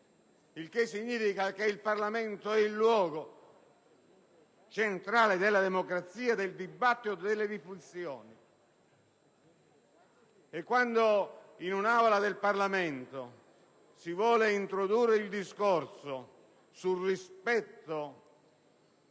il che significa che il Parlamento è il luogo centrale della democrazia, del dibattito e delle discussioni. E quando in un'Aula del Parlamento si vuole introdurre il discorso sul rispetto che